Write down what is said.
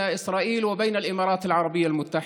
ישראל לבין איחוד האמירויות הערביות,